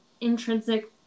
intrinsic